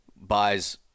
buys